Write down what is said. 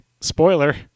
Spoiler